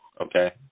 Okay